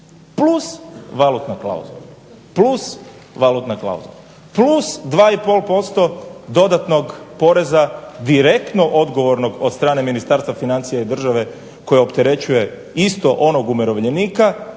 plasiranje kredita, plus valutna klauzula, plus 2,5% dodatnog poreza direktno odgovornog od strane Ministarstva financija i države koje opterećuje isto onog umirovljenika